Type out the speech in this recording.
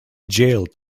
jailed